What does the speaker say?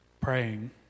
praying